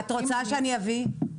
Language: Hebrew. את רוצה שאני אביא?